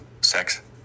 sex